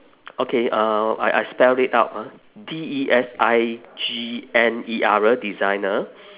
okay uh I I spell it out ah D E S I G N E R designer